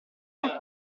non